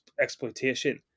exploitation